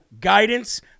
guidance